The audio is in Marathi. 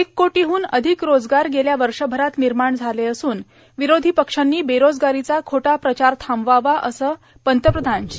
एक कोटीहून अधिक रोजगार गेल्या वर्षभरात निर्माण झाला असून विरोधी पक्षांनी बेरोजगारीचा खोटा प्रचार थांबवावा असं पंतप्रधान श्री